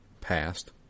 passed